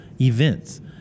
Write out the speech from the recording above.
events